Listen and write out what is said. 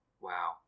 Wow